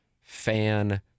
fan